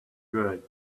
good